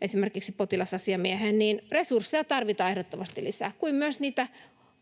esimerkiksi potilasasiamieheen. Resursseja tarvitaan ehdottomasti lisää, kuten myös niitä